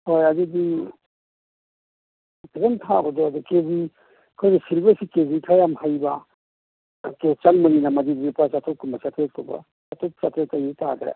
ꯍꯣꯏ ꯑꯗꯨꯗꯤ ꯈꯤꯇꯪ ꯊꯥꯕꯗꯣ ꯑꯗꯨ ꯀꯦꯖꯤ ꯑꯩꯈꯣꯏꯒꯤ ꯁꯤꯜꯚꯔꯁꯤ ꯀꯦꯖꯤ ꯈꯔ ꯌꯥꯝ ꯍꯩꯕ ꯆꯪꯕꯅꯤꯅ ꯃꯗꯨꯗꯤ ꯂꯨꯄꯥ ꯆꯥꯇꯔꯨꯛꯀꯨꯝꯕ ꯆꯥꯇꯔꯦꯠꯀꯨꯝꯕ ꯆꯥꯇꯔꯨꯛ ꯆꯥꯇꯔꯦꯠꯇꯩꯗꯤ ꯇꯥꯗ꯭ꯔꯦ